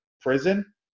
prison